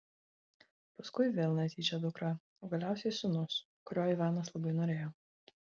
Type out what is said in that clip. paskui vėl netyčia dukra o galiausiai sūnus kurio ivanas labai norėjo